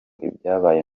ibyabaye